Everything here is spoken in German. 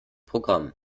programm